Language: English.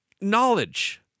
Knowledge